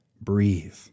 breathe